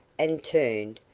and turned,